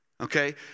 Okay